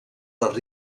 les